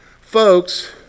Folks